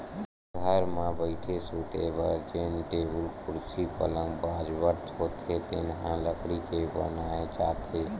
घर म बइठे, सूते बर जेन टेबुल, कुरसी, पलंग, बाजवट होथे तेन ह लकड़ी के बनाए जाथे